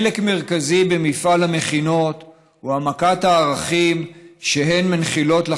חלק מרכזי במפעל המכינות הוא העמקת הערכים שהן מנחילות לחניכים,